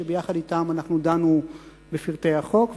שיחד אתם דנו בפרטי החוק.